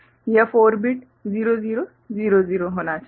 यह 4 बिट 0000 होना चाहिए